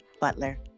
Butler